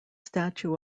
statue